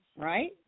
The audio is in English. Right